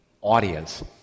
audience